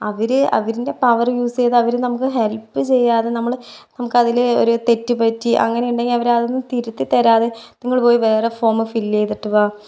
അവര് അവരിൻ്റെ power use ചെയ്ത് അവര് നമുക്ക് ഹെൽപ്പ് ചെയ്യാതെ നമ്മളെ നമക്കതില് ഒരു തെറ്റ് പറ്റി അങ്ങനെയുടെങ്കിൽ അവരതൊന്ന് തിരുത്തി തരാതെ നിങ്ങള് പോയി വേറെ ഫോം ഫില്ല് ചെയ്തിട്ട് വാ